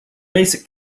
basic